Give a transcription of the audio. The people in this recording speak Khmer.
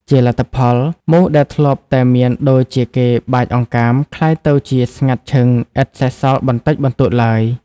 ជាលទ្ធផល មូសដែលធ្លាប់តែមានដូចជាគេបាចអង្កាម ក្លាយទៅជា ស្ងាត់ឈឹងឥតសេសសល់បន្តិចបន្តួចឡើយ។